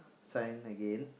sign again